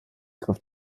griff